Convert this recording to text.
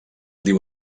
diu